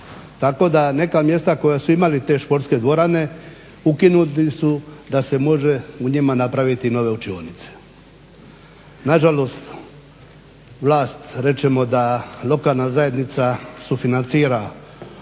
Tako da neka mjesta koja su imali te športske dvorane ukinuti su da se može u njima napraviti nove učionice. Nažalost, vlast rečemo da lokalna zajednica sufinancira